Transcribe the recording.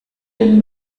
den